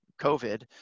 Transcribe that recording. COVID